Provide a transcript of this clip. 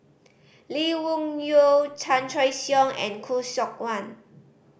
Lee Wung Yew Chan Choy Siong and Khoo Seok Wan